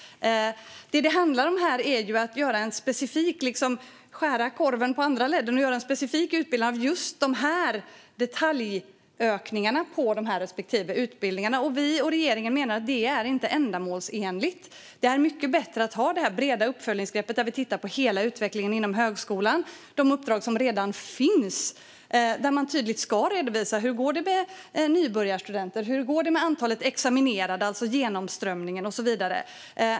Det handlar om att skära korven på andra ledden och göra en specifik utbildning av vissa detaljökningar vid respektive uppföljning. Vi och regeringen menar att det inte är ändamålsenligt. Det är mycket bättre att ha ett brett uppföljningsgrepp och titta på hela utvecklingen inom högskolan. Det är uppdrag som redan finns. Man ska tydligt redovisa hur det går med nybörjarstudenter, antalet examinerade, det vill säga genomströmningen, och så vidare.